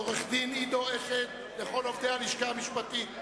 עורך-דין עידו עשת וכל עובדי הלשכה המשפטית,